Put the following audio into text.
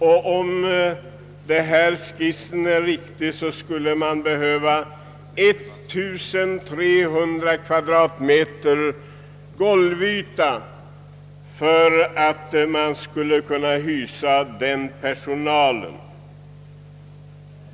Om den framlagda skissen är riktig skulle det behövas 1300 kvadratmeters golvyta för att hysa förvaltningskontorets personal.